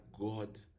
God